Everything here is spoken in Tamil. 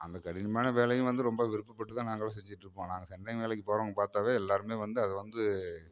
அந்த கடினமான வேலையும் வந்து ரொம்ப விருப்பப்பட்டு தான் நாங்கள் எல்லாம் செஞ்சிட்டுருப்போம் நாங்கள் சென்ட்ரிங் வேலைக்கு போறவங்க பாத்தாலே எல்லோருமே வந்து அது வந்து